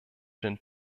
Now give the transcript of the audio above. den